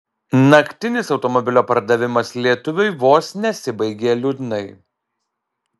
naktinis automobilio pardavimas lietuviui vos nesibaigė liūdnai